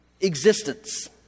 existence